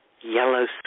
yellow